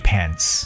Pants